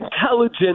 intelligent